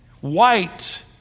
white